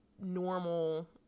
normal